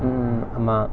mm ஆமா:aamaa